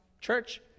church